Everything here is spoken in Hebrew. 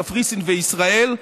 קפריסין וישראל,